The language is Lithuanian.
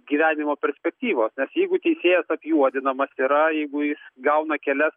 gyvenimo perspektyvas nes jeigu teisėjas apjuodinamas yra jeigu jis gauna kelias